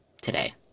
today